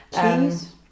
Cheese